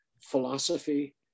philosophy